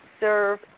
Serve